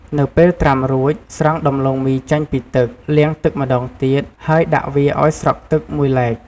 នៅពេលត្រាំរួច ស្រង់ដំឡូងមីចេញពីទឹក លាងទឹកម្ដងទៀត ហើយដាក់វាឱ្យស្រក់ទឹកមួយឡែក។